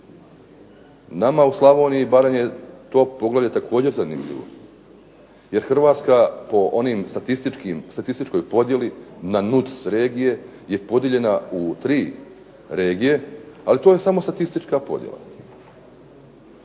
Nama u Slavoniji i Baranji je to poglavlje također zanimljivo, jer Hrvatska po onim statističkim, statističkoj podjeli na NUC regije je podijeljena u tri regije, ali to je samo statistička podjela.